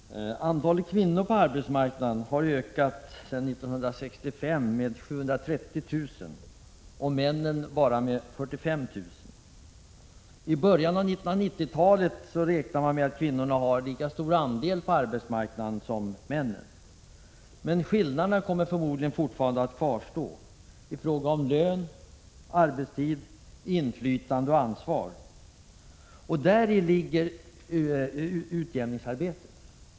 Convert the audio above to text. Herr talman! Antalet kvinnor på arbetsmarknaden har ökat sedan 1965 med 730 000, antalet män bara med 45 000. Man räknar med att kvinnorna i början av 1990-talet har lika stor andel på arbetsmarknaden som män. Men skillnaderna i fråga om lön, arbetstid, inflytande och ansvar kommer förmodligen fortfarande att kvarstå. Däri ligger grunden för utjämningsarbetet.